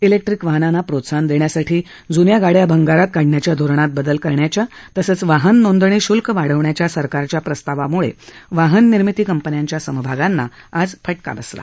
electric वाहनांना प्रोत्साहन देण्यासाठी जून्या गाडया भंगारात काढण्याच्या धोरणात बदल करण्याच्या तसंच वाहननोंदणी शुल्क वाढवण्याच्या सरकारच्या प्रस्तावाम्ळे वाहननिर्मिती कंपन्यांच्या समभागांना फटका बसला